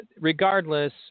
regardless